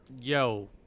yo